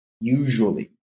usually